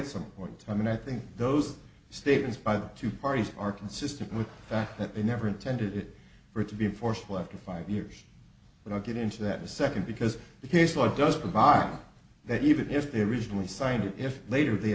at some point in time and i think those statements by the two parties are consistent with fact that they never intended for it to be enforceable after five years and i get into that a second because the case law does provide that even if they originally signed it if later they